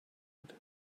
open